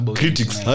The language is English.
critics